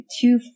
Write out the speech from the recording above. two